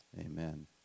amen